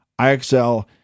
IXL